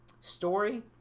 story